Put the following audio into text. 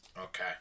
okay